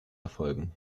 erfolgen